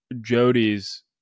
Jody's